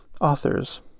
authors